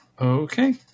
Okay